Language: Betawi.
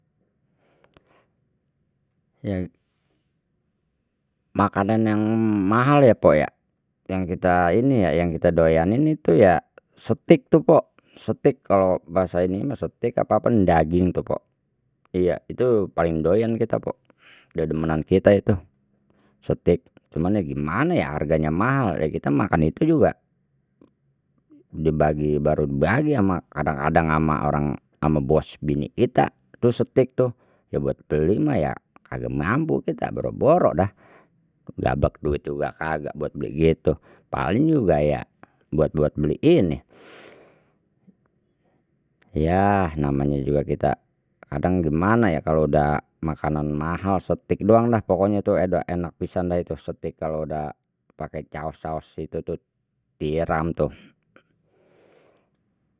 makanan yang mahal ya pok ya. yang kita ini ya yang kita doyanin itu ya steak tu pok, steak kalau bahasa ini mah steak apa pan daging tu pok iya, itu paling doyan kita pok dedemenan kita itu, steak cuman ya gimana ya harganya mahal lha kita makan itu juga dibagi baru dibagi ama kadang kadang ama orang ama bos bini kita tu steak tu buat beli mah ya kagak mampu kita boro boro dah, gablek duit juga kagak buat beli gitu paling juga ya buat buat beli ini yah namanya juga kita kadang gimana ya kalau dah makanan mahal steak doang dah pokoknya tu dah enak pisan dah itu steak kalau dah pakai caos saos itu tu tiram tuh.